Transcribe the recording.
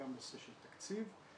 גם נושא של תקציב,